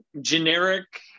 generic